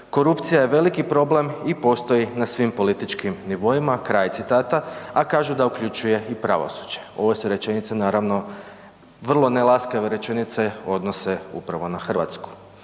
korupcija je veliki problem i postoji na svim političkim nivoima, kraj citata, a kažu da uključuje i pravosuđe. Ovo se rečenice naravno, vrlo nelaskave rečenice odnose upravo na Hrvatsku.